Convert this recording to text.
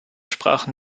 sprachen